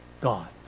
God